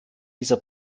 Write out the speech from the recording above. dieser